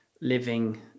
living